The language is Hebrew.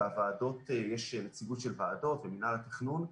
יש נציגות של ועדות ומנהל התכנון,